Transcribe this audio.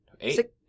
Eight